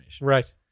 Right